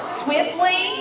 swiftly